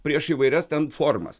prieš įvairias ten formas